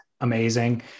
amazing